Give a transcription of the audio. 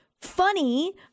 funny